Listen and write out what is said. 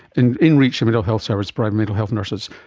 and in-reach mental health service, but mental health nurses,